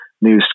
New